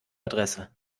adresse